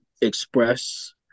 express